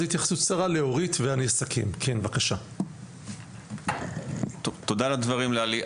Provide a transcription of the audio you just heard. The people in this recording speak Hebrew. תודה על הדברים ללי.